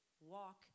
walk